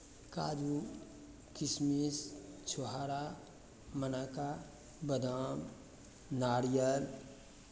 काजू किशमिश छुहारा मुनक्का बादाम नारियल